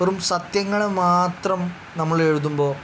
വെറും സത്യങ്ങൾ മാത്രം നമ്മൾ എഴുതുമ്പോൾ